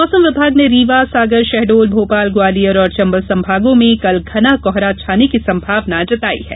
मौसम विभाग ने रीवा सागर शहडोल भोपाल ग्वालियर और चंबल संभागों में कल घना कोहरा छाने की संभावना जताई है